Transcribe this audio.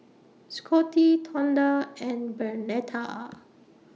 Scottie Tonda and Bernetta